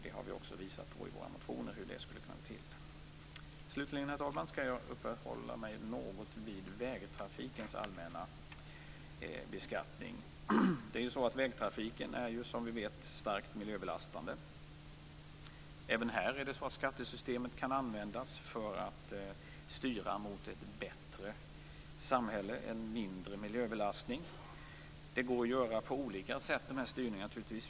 Vi har i våra motioner visat på hur detta skulle kunna gå till. Herr talman! Jag skall uppehålla mig något vid vägtrafikens allmänna beskattning. Vägtrafiken är ju, som vi vet, starkt miljöbelastande. Även här kan skattesystemet användas för att styra mot ett bättre samhälle, en mindre miljöbelastning. Denna styrning kan naturligtvis göras på olika sätt.